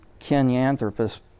Kenyanthropus